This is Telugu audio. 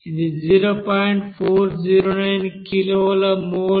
409 కిలోల మోల్